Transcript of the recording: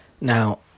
now